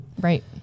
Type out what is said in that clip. Right